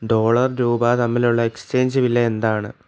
dollar രൂപ തമ്മിലുള്ള exchange വില എന്താണ്